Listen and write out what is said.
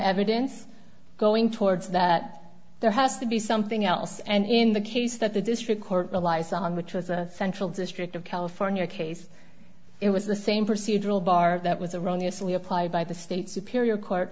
evidence going towards that there has to be something else and in the case that the district court relies on which was a central district of california case it was the same procedural bar that was a wrongly asli applied by the state superior court